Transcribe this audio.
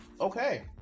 Okay